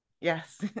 Yes